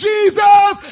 Jesus